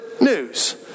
news